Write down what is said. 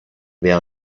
wer